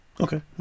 Okay